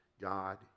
God